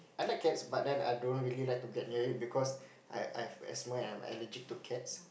I like cats but then I don't really like to get near it because I I've asthma and I'm allergic to cats